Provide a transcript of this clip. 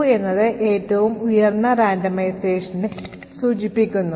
2 എന്നത് ഏറ്റവും ഉയർന്ന റാൻഡമൈസേഷനെ സൂചിപ്പിക്കുന്നു